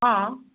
অঁ